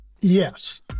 Yes